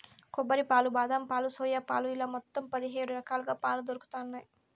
కొబ్బరి పాలు, బాదం పాలు, సోయా పాలు ఇలా మొత్తం పది హేడు రకాలుగా పాలు దొరుకుతన్నాయి